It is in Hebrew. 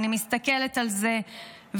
אני מסתכלת על זה ומדמיינת